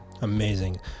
Amazing